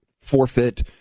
forfeit